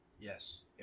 Yes